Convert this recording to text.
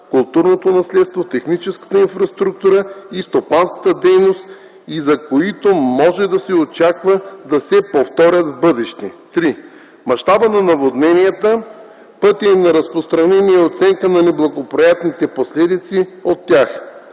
културното наследство, техническата инфраструктура и стопанската дейност и за които може да се очаква да се повторят в бъдеще; 3. мащаба на наводненията, пътя им на разпространение и оценка на неблагоприятните последици от тях;